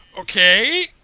okay